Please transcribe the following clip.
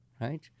right